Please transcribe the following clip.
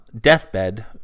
Deathbed